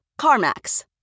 CarMax